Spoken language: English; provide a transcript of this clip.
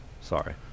Sorry